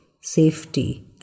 safety